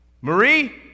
Marie